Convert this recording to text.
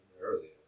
earlier